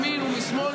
מימין ומשמאל,